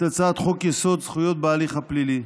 את הצעת חוק-יסוד: זכויות בהליך הפלילי.